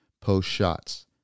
post-shots